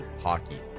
hockey